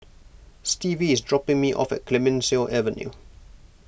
Stevie is dropping me off at Clemenceau Avenue